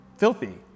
filthy